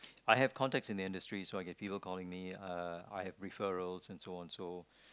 I have contacts in industry so if people calling me uh I have referral and so on so